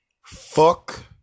Fuck